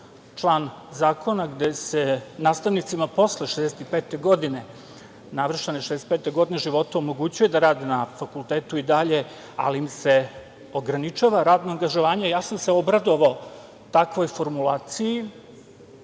član zakona gde se nastavnicima posle navršene 65. godine života omogućuje da rade na fakultetu i dalje, ali im se ograničava radno angažovanje. Ja sam se obradovao takvoj formulaciji